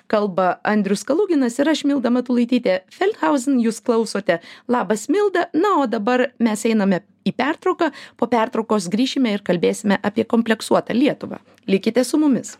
kalba andrius kaluginas ir aš milda matulaitytė felthauzin jūs klausote labas milda na o dabar mes einame į pertrauką po pertraukos grįšime ir kalbėsime apie kompleksuotą lietuvą likite su mumis